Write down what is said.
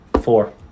Four